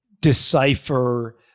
decipher